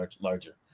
larger